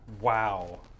Wow